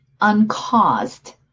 uncaused